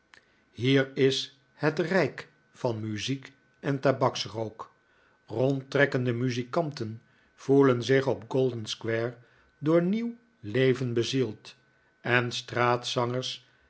hier is het rijk van muziek en tabaksrook rondtrekkende muzikanten voelen zich op golden-square door nieuw leven bezield en straatzangers